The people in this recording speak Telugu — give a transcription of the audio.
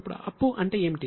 ఇప్పుడు అప్పు అంటే ఏమిటి